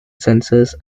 sensors